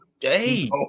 hey